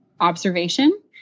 observation